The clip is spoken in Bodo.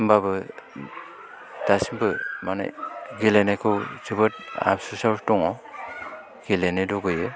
होनबाबो दासिमबो माने गेलेनायखौ जोबोद आबसुसआव दङ गेलेनो लुबैयो